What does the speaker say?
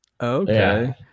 Okay